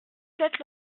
sept